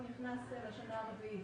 הוא נכנס לשנה הרביעית.